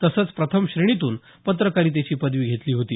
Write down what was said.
तसंच प्रथम श्रेणीतून पत्रकारितेची पदवी घेतली होती